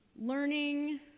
learning